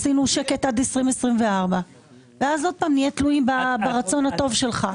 עשינו שקט עד 2024 ואז שוב נהיה תלויים ברצון הטוב שלך.